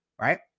right